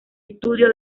estudio